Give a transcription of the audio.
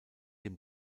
dem